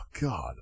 God